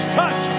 touch